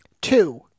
Two